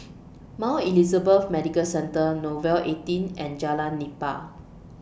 Mount Elizabeth Medical Centre Nouvel eighteen and Jalan Nipah